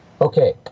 Okay